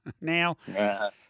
Now